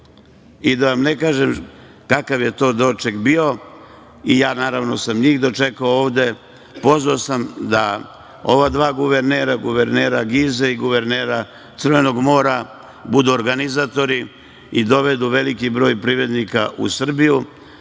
Da vam ne pričam kakav je to doček bio. Naravno, i ja sam njih dočekao ovde. Pozvao sam da ova dva guvernera, guverner Gize i guverner Crvenog mora budu organizatori i dovedu veliki broj privrednika u Srbiju.